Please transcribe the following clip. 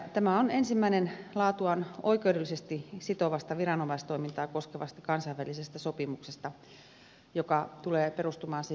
tämä on ensimmäinen laatuaan oikeudellisesti sitovasta viranomaistoimintaa koskevasta kansainvälisestä sopimuksesta joka tulee perustumaan siis julkisuusperiaatteelle